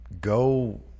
go